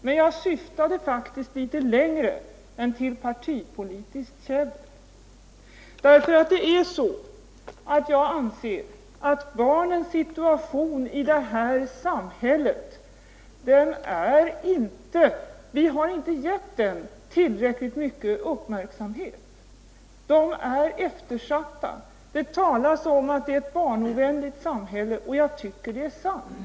Men jag syftade faktiskt litet längre än till bara partipolitiskt käbbel. Jag anser nämligen att vi inte tillräckligt har uppmärksammat barnens situation. De är eftersatta i det här samhället. Det talas om att vi har ett barnovänligt samhälle, och det tycker jag är sant.